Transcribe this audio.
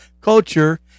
culture